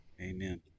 Amen